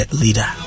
leader